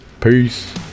Peace